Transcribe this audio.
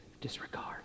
Disregard